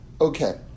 Okay